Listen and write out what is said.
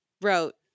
wrote